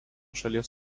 šalies